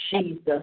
Jesus